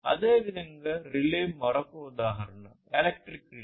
అదేవిధంగా రిలే మరొక ఉదాహరణ ఎలక్ట్రిక్ రిలే